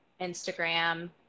Instagram